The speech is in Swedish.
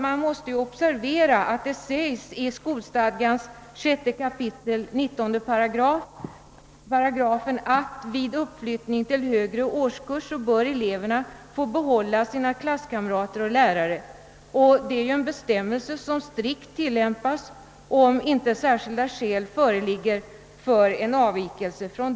Man måste observera att det sägs i skolstadgan 6 kap. 19 § att vid uppflyttning till högre årskurs eleverna bör få behålla sina klasskamrater och lärare. Det är en bestämmelse som strikt tillämpas, om inte särskilda skäl föreligger för en avvikelse.